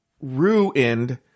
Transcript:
ruined